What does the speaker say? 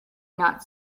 not